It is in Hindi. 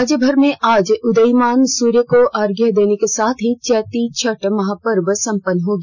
राज्य भर में आज उदयीमान सूर्य को अर्घ्य देने के साथ ही चैती छठ महार्यव संपन्न हो गया